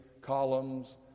columns